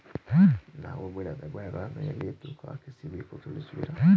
ನಾವು ಬೆಳೆದ ಬೆಳೆಗಳನ್ನು ಎಲ್ಲಿ ತೂಕ ಹಾಕಿಸ ಬೇಕು ತಿಳಿಸುವಿರಾ?